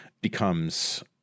becomes